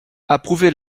approuver